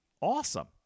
awesome